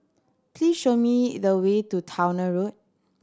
please show me the way to Towner Road